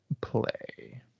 play